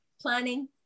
planning